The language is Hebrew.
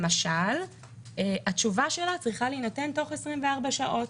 למשל התשובה שלה צריכה להינתן תוך 24 שעות,